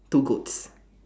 two goats